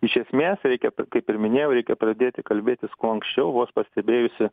iš esmės reikia kaip ir minėjau reikia pradėti kalbėtis kuo anksčiau vos pastebėjusi